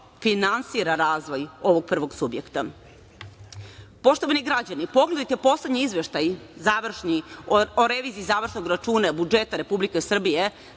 finansira razvoj ovog prvog subjekta. Poštovani građani, pogledajte poslednji Izveštaj završni o reviziji završnog računa budžeta Republike Srbije